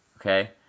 Okay